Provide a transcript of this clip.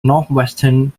northwestern